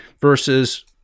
versus